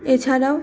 এ ছাড়াও